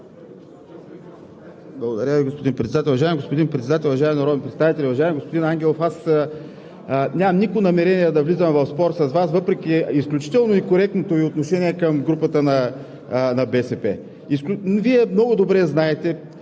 Уважаеми господин Председател, уважаеми народни представители! Уважаеми господин Ангелов, нямам никакво намерение да влизам в спор с Вас въпреки изключително некоректното Ви отношение към групата на БСП. Вие много добре знаете,